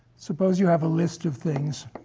suppose you have a list of things,